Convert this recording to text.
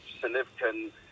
significant